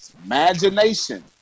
imagination